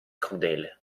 crudele